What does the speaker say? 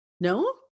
No